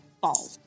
fall